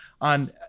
on